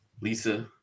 Lisa